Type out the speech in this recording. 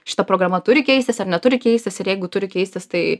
šita programa turi keistis ar neturi keistis ir jeigu turi keistis tai